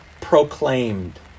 proclaimed